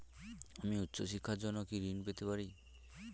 আমি উচ্চশিক্ষার জন্য কি ঋণ পেতে পারি?